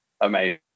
amazing